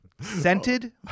scented